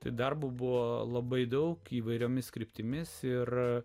tai darbo buvo labai daug įvairiomis kryptimis ir